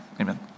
Amen